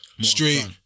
straight